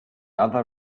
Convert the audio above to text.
other